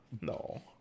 no